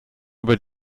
über